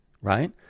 right